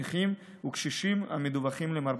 נכים וקשישים המדווחים למרב"ד.